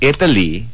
Italy